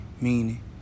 Meaning